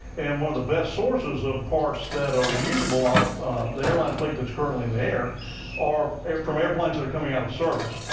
and one of the best sources of parts that are usable off the airliner fleet that's currently in the air are from airplanes that are coming out of service.